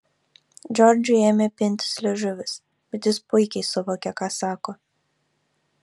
džordžui ėmė pintis liežuvis bet jis puikiai suvokė ką sako